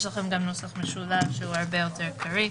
יש לכם גם נוסח משולב שהוא הרבה יותר קריא.